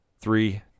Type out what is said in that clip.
three